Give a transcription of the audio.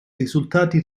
risultati